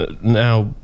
now